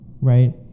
right